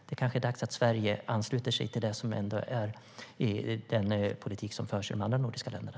Det kanske är dags att Sverige ansluter sig till den politik som förs i de andra nordiska länderna.